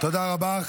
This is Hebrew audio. תודה רבה.